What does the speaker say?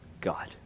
God